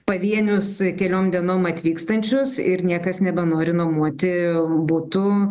pavienius keliom dienom atvykstančius ir niekas nebenori nuomoti butų